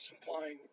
supplying